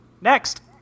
Next